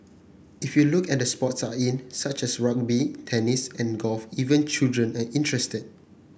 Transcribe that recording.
if you look at the sports are in such as rugby tennis and golf even children are interested